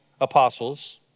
apostles